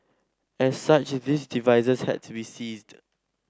as such these devices had to be seized